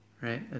Right